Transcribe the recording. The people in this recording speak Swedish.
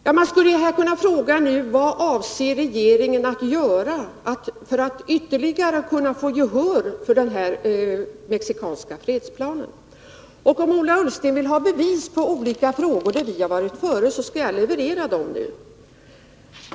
Jag skulle vilja fråga: Vad avser regeringen att göra för att ytterligare få gehör för den mexikanska fredsplanen? Ola Ullsten ville ha uppgifter om i vilka frågor vi har varit före, och jag skall leverera sådana.